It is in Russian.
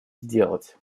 сделать